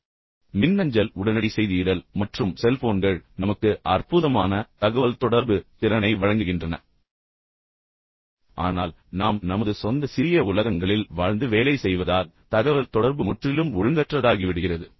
எனவே மின்னஞ்சல் உடனடி செய்தியிடல் மற்றும் செல்போன்கள் நமக்கு அற்புதமான தகவல்தொடர்பு திறனை வழங்குகின்றன என்று அவர் கூறுகிறார் ஆனால் நாம் நமது சொந்த சிறிய உலகங்களில் வாழ்ந்து வேலை செய்வதால் தகவல் தொடர்பு முற்றிலும் ஒழுங்கற்றதாகிவிடுகிறது